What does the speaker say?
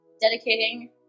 dedicating